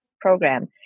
program